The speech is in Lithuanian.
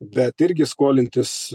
bet irgi skolintis